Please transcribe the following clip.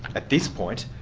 at this point,